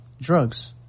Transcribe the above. drugs